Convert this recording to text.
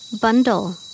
Bundle